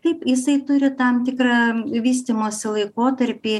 taip jisai turi tam tikram vystymosi laikotarpį